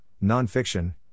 non-fiction